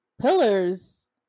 pillars